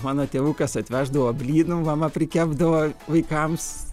mano tėvukas atveždavo blynų mama prikepdavo vaikams